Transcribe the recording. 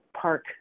park